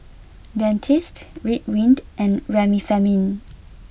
Dentiste Ridwind and Remifemin